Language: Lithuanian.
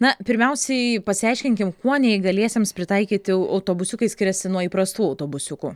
na pirmiausiai pasiaiškinkim kuo neįgaliesiems pritaikyti autobusiukai skiriasi nuo įprastų autobusiukų